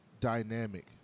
dynamic